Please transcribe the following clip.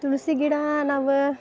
ತುಳಸಿ ಗಿಡ ನಾವು